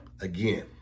again